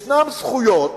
ישנן זכויות